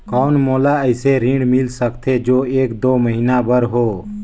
कौन मोला अइसे ऋण मिल सकथे जो एक दो महीना बर हो?